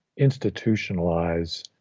institutionalize